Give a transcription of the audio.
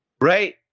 Right